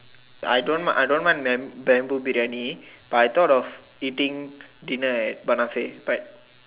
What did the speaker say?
I don't I don't want bam~ bamboo Biryani but I thought of eating dinner at Banafe